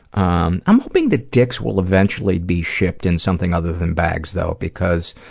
um i'm hoping that dicks will eventually be shipped in something other than bags, though, because,